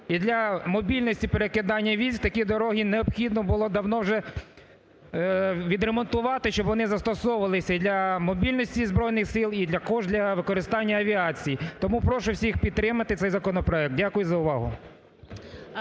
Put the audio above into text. і для мобільності перекидання військ такі дороги необхідно було давно вже відремонтувати, щоб вони застосовувалися і для мобільності Збройних Cил, і для також для використання авіації. Тому прошу всіх підтримати цей законопроект. Дякую за увагу.